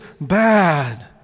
bad